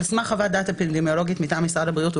על סמך חוות דעת אפידמיולוגיה מטעם משרד הבריאות,